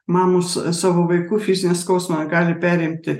mamos savo vaikų fizinį skausmą gali perimti